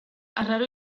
arraro